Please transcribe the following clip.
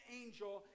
angel